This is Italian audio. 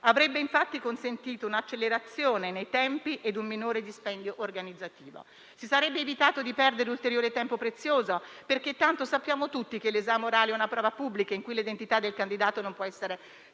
avrebbe, infatti, consentito un'accelerazione nei tempi e un minore dispendio organizzativo. Si sarebbe evitato di perdere ulteriore tempo prezioso, perché tanto sappiamo tutti che l'esame orale è una prova pubblica, in cui l'identità del candidato non può essere sicuramente